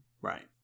Right